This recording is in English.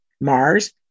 Mars